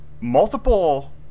Multiple